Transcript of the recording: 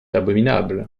abominable